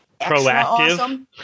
proactive